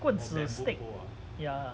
棍子 stick ya